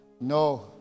No